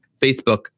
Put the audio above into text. Facebook